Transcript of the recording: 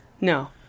No